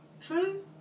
true